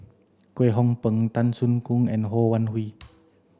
Kwek Hong Png Tan Soo Khoon and Ho Wan Hui